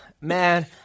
man